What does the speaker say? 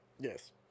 Yes